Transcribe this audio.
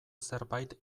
zerbait